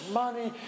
money